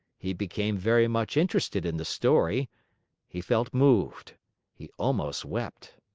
he became very much interested in the story he felt moved he almost wept.